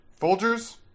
Folgers